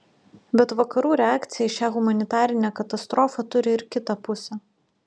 bet vakarų reakcija į šią humanitarinę katastrofą turi ir kitą pusę